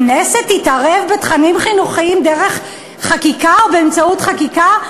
הכנסת תתערב בתכנים חינוכיים דרך חקיקה או באמצעות חקיקה?